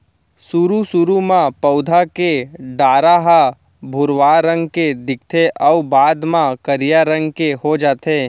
सुरू सुरू म पउधा के डारा ह भुरवा रंग के दिखथे अउ बाद म करिया रंग के हो जाथे